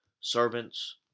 servants